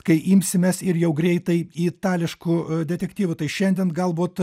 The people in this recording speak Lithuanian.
kai imsimės ir jau greitai itališkų detektyvų tai šiandien galbūt